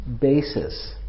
basis